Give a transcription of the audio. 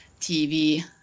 tv